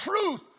truth